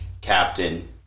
captain